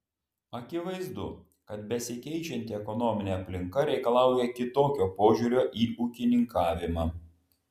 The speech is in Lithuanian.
akivaizdu kad besikeičianti ekonominė aplinka reikalauja kitokio požiūrio į ūkininkavimą